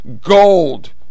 Gold